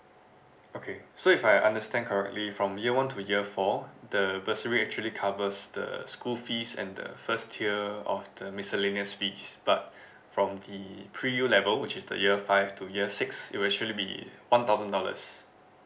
okay so if I understand correctly from year one to year four the bursary actually covers the school fees and the first tier of the miscellaneous fees but from the pre U level which is the year five to years six it will actually be one thousand dollars